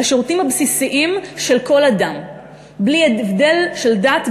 לשירותים הבסיסיים של כל אדם בלי הבדל של דת,